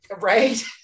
Right